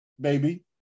baby